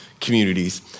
communities